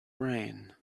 rain